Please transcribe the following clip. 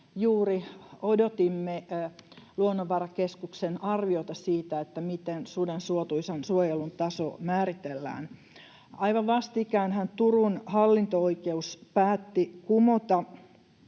juuri odotimme Luonnonvarakeskuksen arviota siitä, miten suden suotuisan suojelun taso määritellään. Aivan vastikäänhän Turun hallinto-oikeus päätti kumota